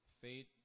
faith